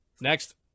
next